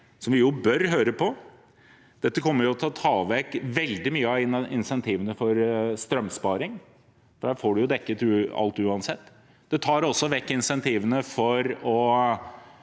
som vi bør høre på, sier at dette kommer til å ta vekk veldig mye av insentivene for strømsparing. Der får du dekket alt uansett. Det tar også vekk insentivene for å